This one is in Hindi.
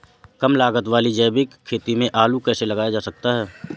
कम लागत वाली जैविक खेती में आलू कैसे लगाया जा सकता है?